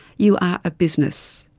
you are a business,